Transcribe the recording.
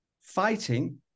fighting